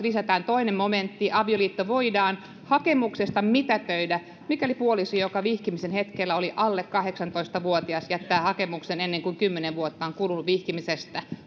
lisätään toinen momentti avioliitto voidaan hakemuksesta mitätöidä mikäli puoliso joka vihkimisen hetkellä oli alle kahdeksantoistavuotias jättää hakemuksen ennen kuin kymmenen vuotta on kulunut vihkimisestä